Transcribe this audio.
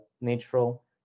natural